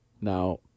Now